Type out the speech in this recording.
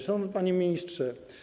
Szanowny Panie Ministrze!